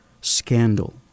scandal